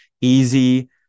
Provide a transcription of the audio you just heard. easy